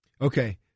Okay